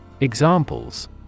Examples